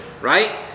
right